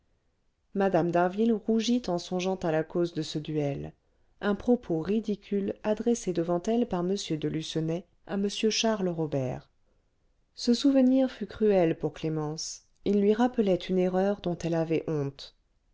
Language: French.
mme d'harville rougit en songeant à la cause de ce duel un propos ridicule adressé devant elle par m de lucenay à m charles robert ce souvenir fut cruel pour clémence il lui rappelait une erreur dont elle avait honte